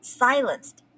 silenced